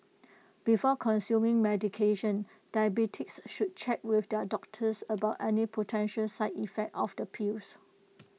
before consuming medication diabetics should check with their doctors about any potential side effects of the pills